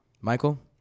Michael